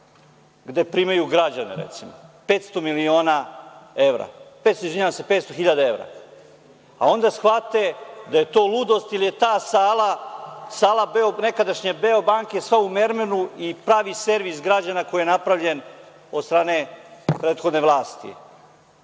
gde primaju građane, recimo, 500 hiljada evra, a onda shvate da je to ludost ili je ta sala nekadašnje „Beobanke“ sva u mermeru i pravi servis građana, koji je napravljen od strane prethodne vlasti,